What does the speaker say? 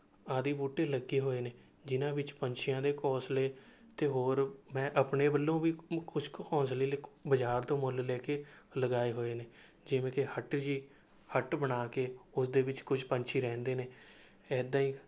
ਆਦਿ ਬੂਟੇ ਲੱਗੇ ਹੋਏ ਨੇ ਜਿਨ੍ਹਾਂ ਵਿੱਚ ਪੰਛੀਆਂ ਦੇ ਘੋਸਲੇ ਅਤੇ ਹੋਰ ਮੈਂ ਆਪਣੇ ਵੱਲੋਂ ਵੀ ਕੁਝ ਕੁ ਘੋਸਲੇ ਬਜ਼ਾਰ ਤੋਂ ਮੁੱਲ ਲੈ ਕੇ ਲਗਾਏ ਹੋਏ ਨੇ ਜਿਵੇਂ ਕਿ ਹੱਟ ਜੀ ਹੱਟ ਬਣਾ ਕੇ ਉਸ ਦੇ ਵਿੱਚ ਕੁਝ ਪੰਛੀ ਰਹਿੰਦੇ ਨੇ ਇੱਦਾਂ ਹੀ